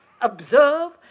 observe